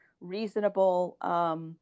reasonable